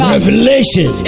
Revelation